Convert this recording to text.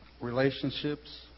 relationships